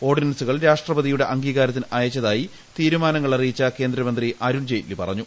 ഓർഡിനൻസുകൾ രാഷ്ട്രപ്തിയുടെ അംഗീകാരത്തിന് അയച്ചതായി തീരുമാനങ്ങൾ അറിയിച്ച കേന്ദ്രമന്ത്രി അരുൺ ജെയ്റ്റ്ലി പറഞ്ഞു